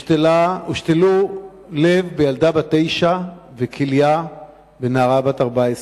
הושתלו לב בילדה בת תשע וכליה בנערה בת 14,